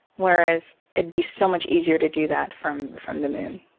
whereas it'd be so much easier to do that from from the moon.